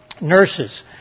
Nurses